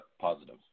positive